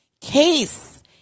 Case